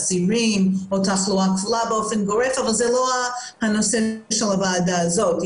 אסירים או תחלואה כפולה באופן גורף אבל זה לא הנושא של הוועדה הזאת.